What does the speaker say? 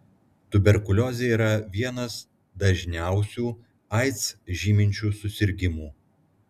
tuberkuliozė yra vienas dažniausių aids žyminčių susirgimų